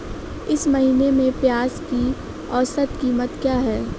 इस महीने में प्याज की औसत कीमत क्या है?